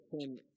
sin